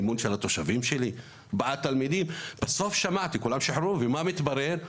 אמון התושבים שלי?״ בסוף כולם שוחררו ומה התברר?